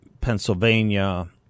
Pennsylvania